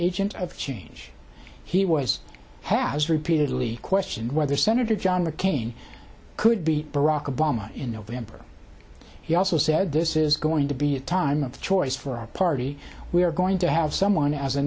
agent of change he was has repeatedly questioned whether senator john mccain could beat barack obama in november he also said this is going to be a time of choice for our party we are going to have someone as a